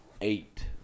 eight